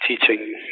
teaching